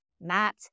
Matt